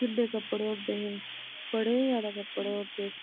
किन्ने कपड़े होंदे हे बड़े ज्यादा कपड़े होंदे